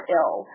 ill